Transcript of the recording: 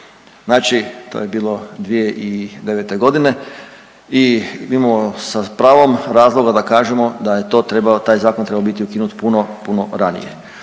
Znači to je bilo 2009. g. i mi imamo sa pravom razloga da kažemo da je to treba, taj zakon trebao biti ukinut puno, puno ranije.